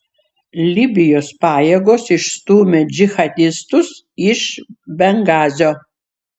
libijos pajėgos išstūmė džihadistus iš bengazio